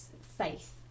faith